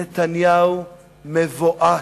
נתניהו מבועת.